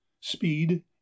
Speed